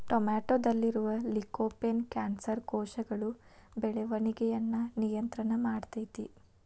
ಟೊಮೆಟೊದಲ್ಲಿರುವ lycopene cancer ಕೋಶಗಳ ಬೆಳವಣಿಗಯನ್ನ ನಿಯಂತ್ರಣ ಮಾಡ್ತೆತಿ